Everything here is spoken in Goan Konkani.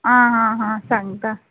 आं हां हां सांगता